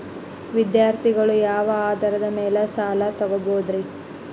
ವಿದ್ಯಾರ್ಥಿಗಳು ಯಾವ ಆಧಾರದ ಮ್ಯಾಲ ಸಾಲ ತಗೋಬೋದ್ರಿ?